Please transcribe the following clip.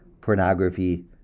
pornography